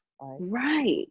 right